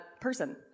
person